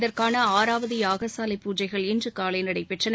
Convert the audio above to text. இதற்கான ஆறாவது யாக சாலை பூஜைகள் இன்று காலை நடைபெற்றன